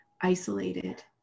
isolated